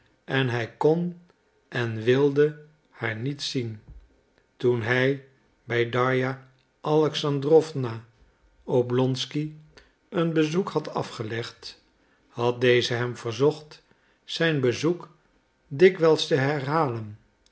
en hij kon en wilde haar niet zien toen hij bij darja alexandrowna oblonsky een bezoek had afgelegd had deze hem verzocht zijn bezoek dikwijls te herhalen